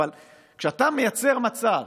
אבל כשאתה מייצר מצב,